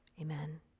Amen